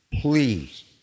please